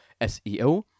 SEO